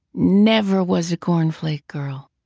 never was a cornflake girlthought